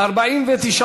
3, כהצעת הוועדה, נתקבלו.